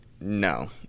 no